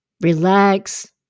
relax